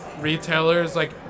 retailers—like